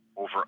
Over